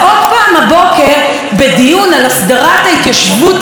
בדיון על הסדרת ההתיישבות הצעירה ביהודה ושומרון,